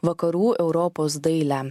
vakarų europos dailę